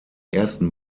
ersten